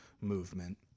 movement